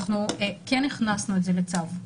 אנחנו כן הכנסנו את זה לצו.